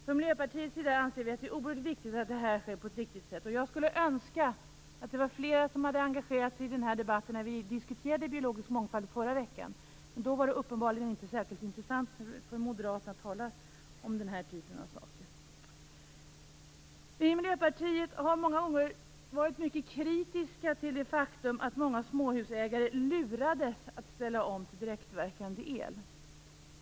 Från Miljöpartiets sida anser vi att det är oerhört viktigt att det här sker på ett riktigt sätt. Jag önskar att fler hade engagerat sig i debatten om biologisk mångfald i förra veckan, men då var det uppenbarligen inte särskilt intressant för Moderaterna att tala om den här typen av frågor. Vi i Miljöpartiet har många gånger varit mycket kritiska till det faktum att många småhusägare lurades att ställa om till direktverkande el.